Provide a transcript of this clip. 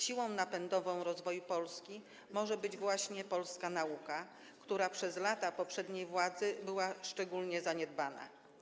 Siłą napędową rozwoju Polski może być właśnie polska nauka, która przez lata poprzedniej władzy była szczególnie zaniedbana.